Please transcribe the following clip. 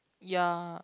ya